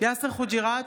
יאסר חוג'יראת,